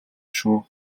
шүү